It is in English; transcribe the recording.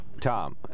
Tom